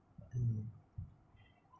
mm